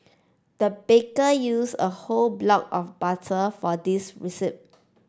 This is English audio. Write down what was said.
the baker use a whole block of butter for this recipe